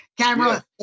Camera